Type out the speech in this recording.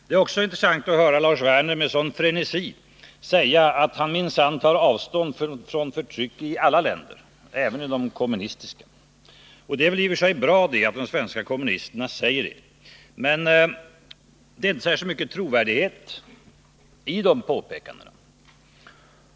Det är också intressant att höra Lars Werner med sådan frenesi säga att han minsann tar avstånd från förtryck i alla länder, även i de kommunist a. Det är i och för sig bra att de svenska kommunisterna säger det, men det finns inte särskilt mycket av trovärdighet i de påståendena.